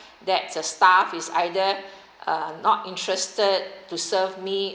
that's a staff is either uh not interested to serve me